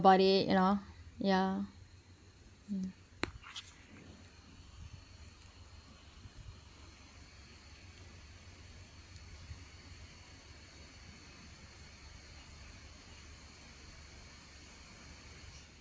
bout it you know yeah